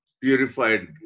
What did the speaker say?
purified